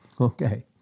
Okay